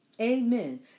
Amen